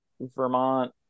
Vermont